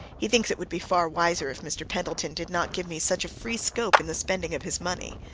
he thinks it would be far wiser if mr. pendleton did not give me such free scope in the spending of his money.